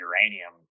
uranium